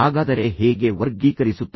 ಸಂಘರ್ಷಗಳನ್ನು ನೀವು ಹೇಗೆ ನಿಭಾಯಿಸುವಿರಿ